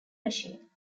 machine